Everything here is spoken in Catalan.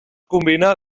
combina